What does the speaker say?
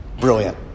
Brilliant